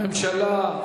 הממשלה,